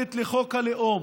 המיוחדת לחוק הלאום,